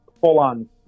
full-on